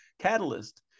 catalyst